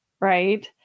right